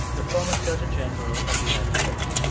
the former surgeon general of the united states